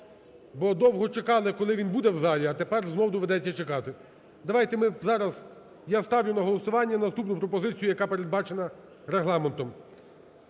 бо довго чекали, коли він буде в залі, а тепер знову доведеться чекати. Давайте ми зараз, я ставлю на голосування наступну пропозицію, яка передбачена регламентом.